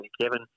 Kevin